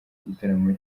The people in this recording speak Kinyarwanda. igitaramo